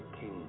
King